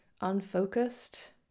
unfocused